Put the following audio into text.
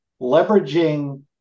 leveraging